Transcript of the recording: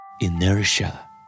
Inertia